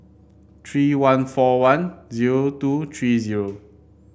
three one four one zero two three zero